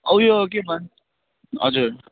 अब यो के भन् हजुर